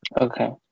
Okay